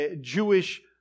Jewish